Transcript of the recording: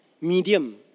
medium